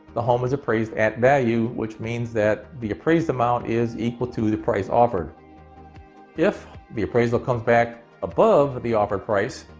the home is appraised at value, which means that the appraised amount is equal to the price offered if the appraisal comes back above the offered price,